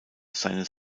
seines